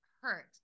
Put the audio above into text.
hurt